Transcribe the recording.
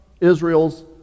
israel's